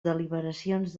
deliberacions